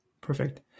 Perfect